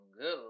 girl